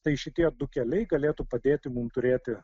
tai šitie du keliai galėtų padėti mum turėti